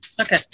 Okay